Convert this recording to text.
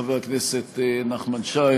חבר הכנסת נחמן שי,